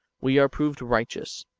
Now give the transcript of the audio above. we are proved righteous,